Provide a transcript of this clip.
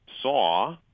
Saw